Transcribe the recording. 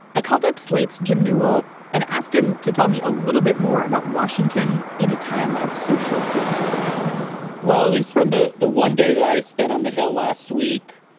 i called up slate's jim newell and asked him to tell me a little bit more about washington in a time of social distancing well, he's from the the one day that i spent on the hill last week.